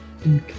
Okay